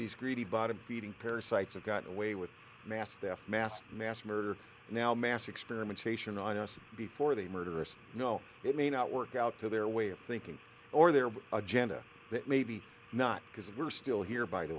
these greedy bottom feeding parasites have gotten away with mass death mass mass murder now mass experimentation on us before they murder us no it may not work out to their way of thinking or their agenda that maybe not because we're still here by the